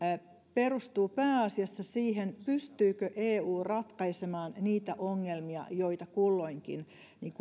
perustuu pääasiassa siihen pystyykö eu ratkaisemaan niitä ongelmia joita kulloinkin